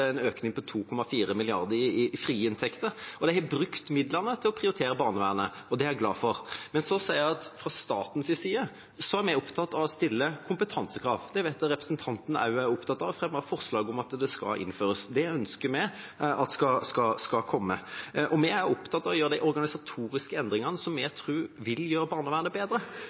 er jeg glad for. Men så sier jeg at fra statens side er vi opptatt av å stille kompetansekrav, det vet jeg at representanten også er opptatt av, og fremmer forslag om at det skal innføres. Det ønsker vi skal komme. Vi er opptatt av å gjøre de organisatoriske endringene som vi tror vil gjøre barnevernet bedre. Noe som bekymrer meg, er f.eks. at det er en turnover på